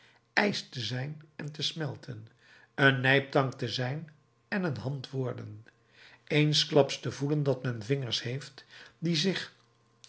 ijs te zijn en te smelten een nijptang te zijn en een hand worden eensklaps te voelen dat men vingers heeft die zich